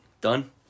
done